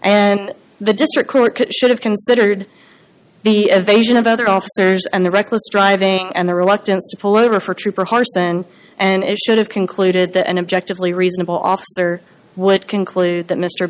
and the district court should have considered the evasion of other officers and the reckless driving and the reluctance to pull over for trooper harston and issued have concluded that and objectively reasonable officer would conclude that mr